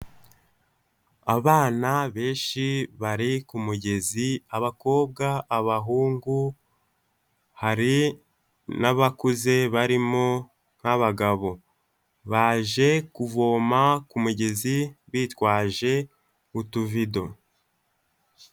Abana benshi bari ku mugezi, abakobwa, abahungu, hari n'abakuze barimo nk'abagabo baje kuvoma ku mugezi bitwaje utuvido.